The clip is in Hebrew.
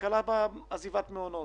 הקלה בעזיבת מעונות.